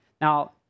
Now